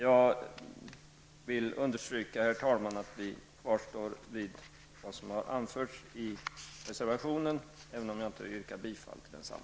Jag vill understryka att vi står fast vid vad som har anförts i reservationen, även om jag inte yrkar bifall till den samma.